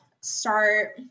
start